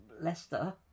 Leicester